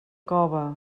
cove